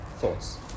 thoughts